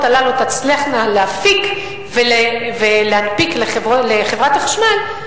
הללו תצלחנה להפיק ולהנפיק לחברת החשמל,